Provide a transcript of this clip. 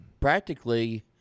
practically